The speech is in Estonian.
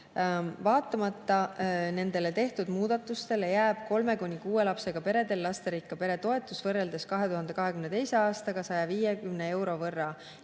vaatamata nendele tehtud muudatustele jääb kolme kuni kuue lapsega peredel lasterikka pere toetus võrreldes 2022. aastaga 150 euro võrra